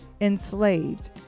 enslaved